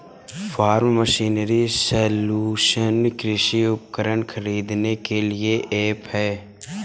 form machinery solution कृषि उपकरण खरीदने के लिए ऐप है